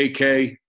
AK